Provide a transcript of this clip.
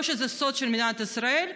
או שזה סוד של מדינת ישראל,